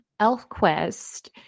elfquest